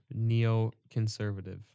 Neoconservative